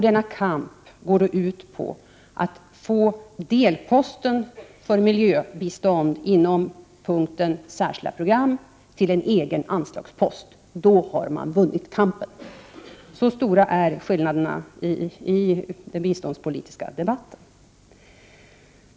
Denna kamp går ut på att få delposten för Miljöbistånd inom punkten Särskilda program till en egen anslagspost. Då har man vunnit kampen. Så stora är skillnaderna i den biståndspolitiska debatten.